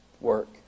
work